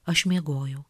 aš miegojau